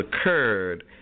occurred